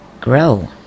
grow